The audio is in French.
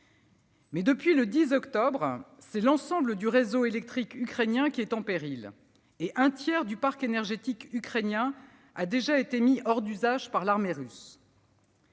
Depuis le 10 octobre, c'est l'ensemble du réseau électrique ukrainien qui est en péril. Un tiers du parc énergétique ukrainien a déjà été mis hors d'usage par l'armée russe.